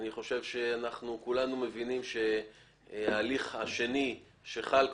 אני חושב שאנחנו כולנו מבינים שההליך השני שחל כבר,